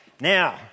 Now